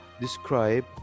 describe